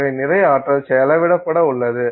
எனவே நிறைய ஆற்றல் செலவிடப்பட உள்ளது